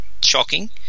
shocking